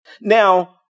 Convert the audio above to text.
Now